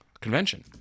convention